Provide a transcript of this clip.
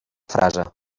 frase